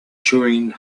chewing